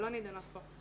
שלא נידונות פה,